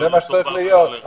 זה מה שצריך להיות,